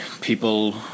people